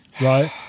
right